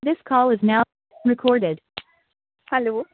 this call is now recorded hello